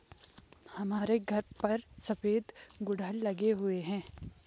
हमारे घर पर सफेद गुड़हल लगे हुए हैं